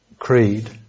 Creed